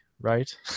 Right